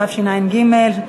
התשע"ג 2013,